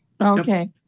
Okay